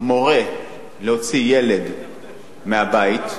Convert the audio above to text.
מורה להוציא ילד מהבית,